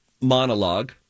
monologue